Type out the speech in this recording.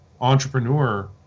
entrepreneur